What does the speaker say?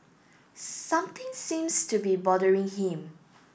something seems to be bothering him